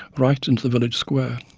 right into the village square.